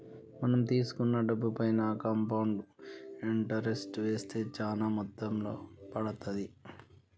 మనం తీసుకున్న డబ్బుపైన కాంపౌండ్ ఇంటరెస్ట్ వేస్తే చానా మొత్తంలో పడతాది